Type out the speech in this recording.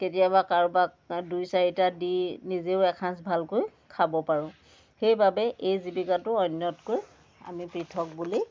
কেতিয়াবা কাৰোবাক দুই চাৰিটা দি নিজেও এসাজ ভালকৈ খাব পাৰোঁ সেইবাবে এই জীৱিকাটো অন্যতকৈ আমি পৃথক বুলি